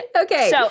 Okay